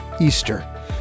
Easter